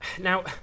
Now